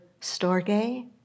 storge